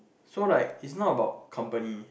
so like is not about company